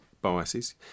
biases